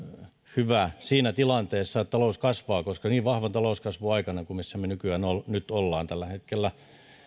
hyvä siinä tilanteessa että talous kasvaa koska niin vahvan talouskasvun aikana jollaisessa me nyt olemme tällä hetkellä